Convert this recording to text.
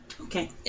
Okay